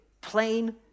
plain